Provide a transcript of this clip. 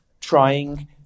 trying